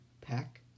pack